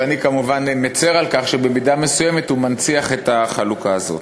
ואני כמובן מצר על כך שבמידה מסוימת הדוח מנציח את החלוקה הזאת.